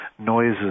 noises